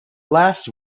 last